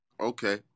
Okay